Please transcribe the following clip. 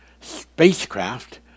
spacecraft